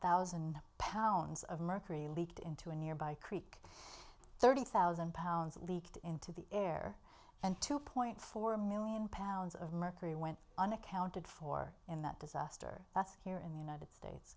thousand pounds of mercury leaked into a nearby creek thirty thousand pounds leaked into the air and two point four million pounds of mercury went unaccounted for in that disaster that's here in the united states